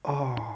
oh